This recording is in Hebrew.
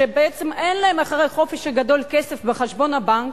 שבעצם אין להם אחרי החופש הגדול כסף בחשבון הבנק,